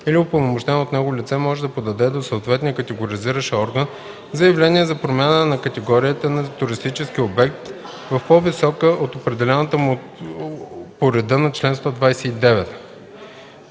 или упълномощено от него лице може да подаде до съответния категоризиращ орган заявление за промяна на категорията на туристическия обект в по-висока от определената му по реда на чл. 129.